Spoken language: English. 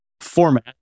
format